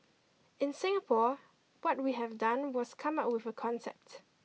in Singapore what we have done was come up with a concept